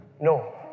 No